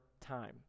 time